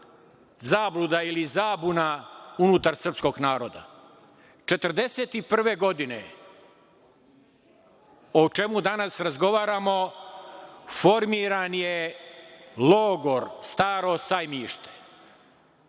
zabluda ili zabuna unutar srpskog naroda. Godine 1941, o čemu danas razgovaramo, formiran je logor Staro sajmište